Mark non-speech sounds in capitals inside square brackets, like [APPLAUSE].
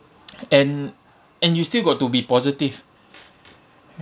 [NOISE] and and you still got to be positive